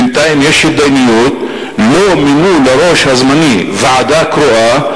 ובינתיים יש התדיינויות ולא מינו ליושב-ראש הזמני ועדה קרואה,